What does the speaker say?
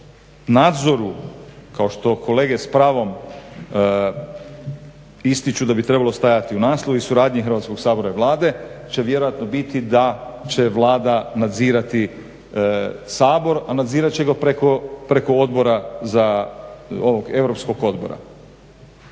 nadzoru kao što kolege s pravom ističu da bi trebalo stajati u naslovu i suradnji Hrvatskog sabora i Vlade će vjerojatno biti da će Vlada nadzirati Sabor a nadzirat će ga preko ovog europskog odbora.